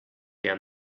down